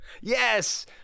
Yes